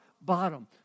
bottom